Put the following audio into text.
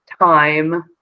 time